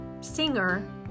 singer